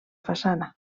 façana